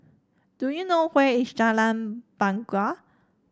do you know where is Jalan Bangau